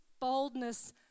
boldness